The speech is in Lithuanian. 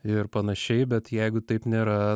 ir panašiai bet jeigu taip nėra